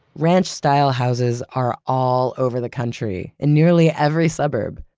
ranch-style houses are all over the country in nearly every suburb.